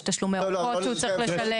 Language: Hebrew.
יש תשלומי אורכות שהוא צריך לשלם.